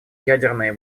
ядерные